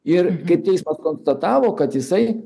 ir kaip teismas konstatavo kad jisai